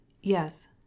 Yes